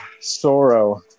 sorrow